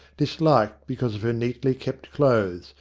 disliked because of her neatly-kept clothes,